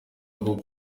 rugamba